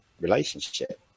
relationship